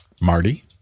Marty